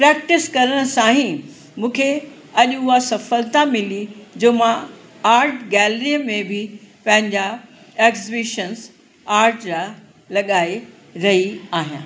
practice करण सां ई मूंखे अॼु उहा सफलता मिली जो मां आर्ट गैलरीअ में बि पंहिंजा एग्ज़ीबिशंस आर्ट जा लॻाए रही आहियां